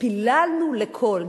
ופיללנו לקול.